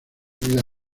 vida